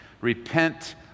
Repent